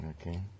Okay